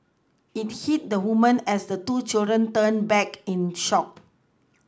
it hit the woman as the two children turned back in shock